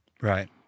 Right